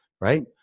right